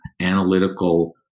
analytical